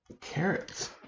Carrots